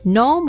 no